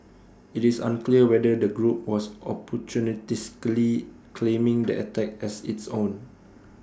IT is unclear whether the group was opportunistically claiming the attack as its own